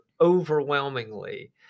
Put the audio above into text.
overwhelmingly